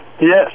Yes